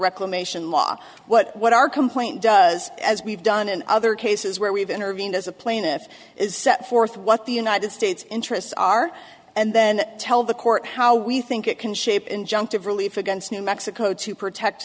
reclamation law what what our complaint does as we've done in other cases where we've intervened as a plaintiff is set forth what the united states interests are and then tell the court how we think it can shape injunctive relief against new mexico to protect